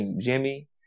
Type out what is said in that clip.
Jimmy